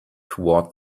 toward